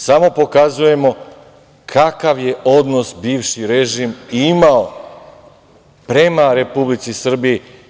Smo pokazujemo kakav je odnos bivši režim imao prema Republici Srbiji.